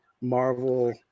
Marvel